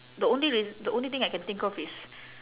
the only reas~ the only thing I can think of is